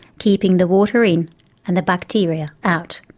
keeping the water in and the bacteria out.